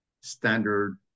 standard